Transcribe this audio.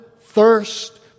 thirst